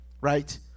right